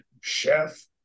chef